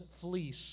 fleece